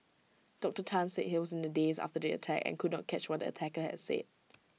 Doctor Tan said he was in A daze after the attack and could not catch what the attacker had said